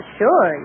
sure